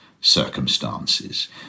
circumstances